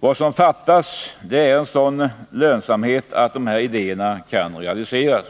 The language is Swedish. Vad som fattas är en sådan lönsamhet att de här idéerna kan realiseras.